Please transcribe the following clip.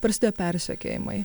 prasidėjo persekiojimai